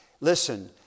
Listen